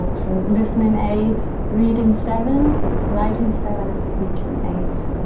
for listening, eight reading, seven writing, seven and speaking, eight